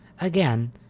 Again